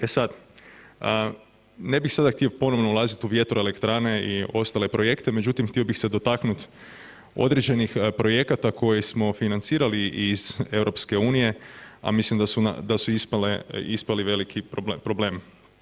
E sad, ne bi sada htio ponovno ulaziti u vjetroelektrane i ostale projekte međutim htio bih se dotaknuti određenih projekata koje smo financirali iz EU, a mislim da su ispali veliki problem.